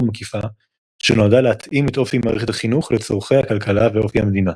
מקיפה שנועדה להתאים את אופי מערכת החינוך לצורכי הכלכלה ואופי המדינה.